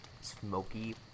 Smoky